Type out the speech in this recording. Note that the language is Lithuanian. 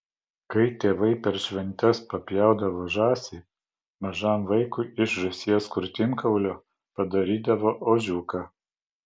kai tėvai per šventes papjaudavo žąsį mažam vaikui iš žąsies krūtinkaulio padarydavo ožiuką